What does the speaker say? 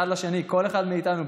כל אחד מאיתנו,